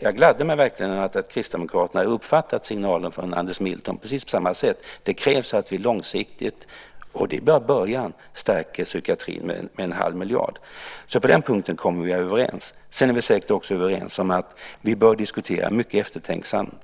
Jag gladde mig verkligen åt att Kristdemokraterna hade uppfattat signalen från Anders Milton precis på samma sätt som vi. Det krävs att vi långsiktigt - och detta är bara början - stärker psykiatrin med en halv miljard. Så på den punkten kommer vi att vara överens. Sedan är vi också överens om att vi bör diskutera detta mycket eftertänksamt.